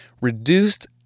reduced